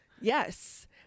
yes